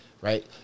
Right